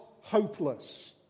hopeless